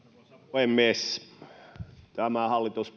puhemies tämä hallitus